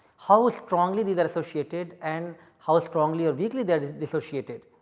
how ah strongly these are associated and how strongly or weakly that is dissociated.